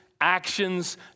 actions